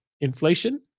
inflation